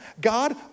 God